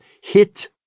Hit